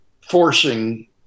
forcing